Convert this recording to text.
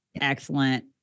excellent